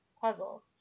puzzle